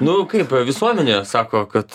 nu kaip visuomenė sako kad